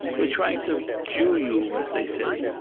we're trying to jew you, as they say?